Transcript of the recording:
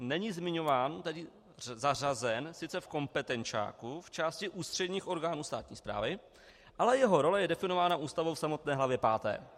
Není zmiňován, tedy zařazen sice v kompetenčáku, v části ústředních orgánů státní správy, ale jeho role je definována Ústavou, samotné hlavy páté.